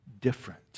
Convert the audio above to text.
different